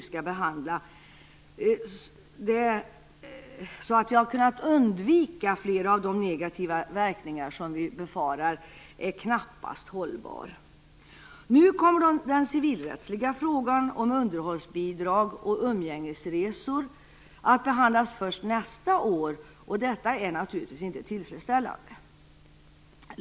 Regeringen hänvisar till att tidsbrist lagt hinder i vägen för en sådan samtidig beredning, men denna ursäkt är knappast hållbar. Nu kommer den civilrättsliga frågan om underhållsbidrag och umgängesresor att behandlas först nästa år, och detta är naturligtvis inte tillfredsställande.